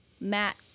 Matt